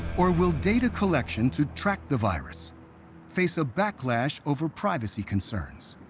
or will data collection to track the virus face a backlash over privacy concerns?